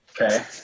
Okay